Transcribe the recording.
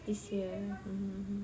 this year mm mm